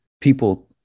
people